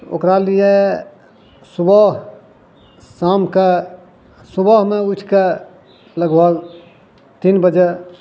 ओकरा लिये सुबह शामके सुबहमे उठि कऽ लगभग तीन बजे